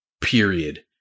period